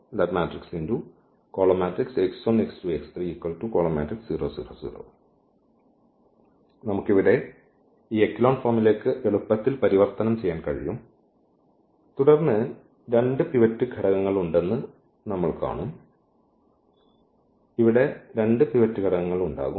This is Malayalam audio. അതിനാൽ നമുക്ക് ഇവിടെ ഈ എക്കെലോൺ ഫോമിലേക്ക് എളുപ്പത്തിൽ പരിവർത്തനം ചെയ്യാൻ കഴിയും തുടർന്ന് 2 പിവറ്റ് ഘടകങ്ങൾ ഉണ്ടെന്ന് നമ്മൾ കാണും ഇവിടെ 2 പിവറ്റ് ഘടകങ്ങൾ ഉണ്ടാകും